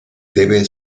debe